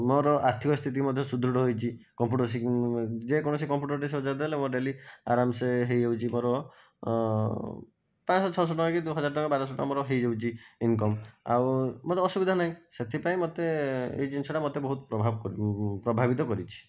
ମୋର ଆର୍ଥିକ ସ୍ଥିତି ମଧ୍ୟ ସୁଦୃଢ଼ ହୋଇଛି କମ୍ପ୍ୟୁଟର ଯେକୌଣସି କମ୍ପ୍ୟୁଟରଟେ ସଜାଡ଼ି ଦେଲେ ମୋର ଡେଲି ଆରମସେ ହେଇଯାଉଛି ମୋର ପାଞ୍ଚ ଶହ ଛଅ ଶହ ଟଙ୍କାକି ହଜାର ଟଙ୍କା ବାର ଶହ ଟଙ୍କା ମୋର ହେଇଯାଉଛି ଇନ୍କମ୍ ଆଉ ମୋତେ ଅସୁବିଧା ନାହିଁ ସେଥିପାଇଁ ମୋତେ ଏ ଜିନିଷଟା ମୋତେ ବହୁତ ପ୍ରଭାବ ପ୍ରଭାବିତ କରିଛି